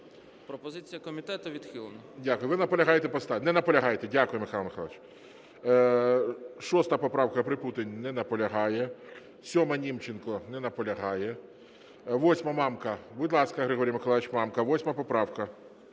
Пропозиція комітету: відхилено.